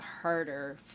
harder